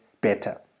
better